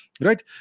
Right